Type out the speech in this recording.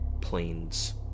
planes